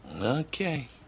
Okay